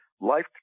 life